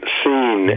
seen